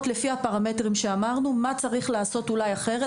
לפי הפרמטרים שאמרנו מה כדאי לעשות אולי אחרת.